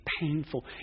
painful